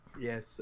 yes